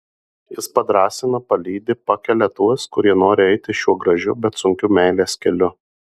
jis padrąsina palydi pakelia tuos kurie nori eiti šiuo gražiu bet sunkiu meilės keliu